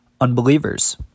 unbelievers